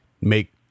make